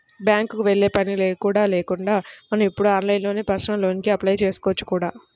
బ్యాంకుకి వెళ్ళే పని కూడా లేకుండా మనం ఇప్పుడు ఆన్లైన్లోనే పర్సనల్ లోన్ కి అప్లై చేసుకోవచ్చు కూడా